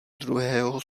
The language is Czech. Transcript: druhého